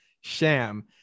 sham